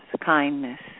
kindness